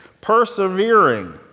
Persevering